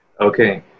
Okay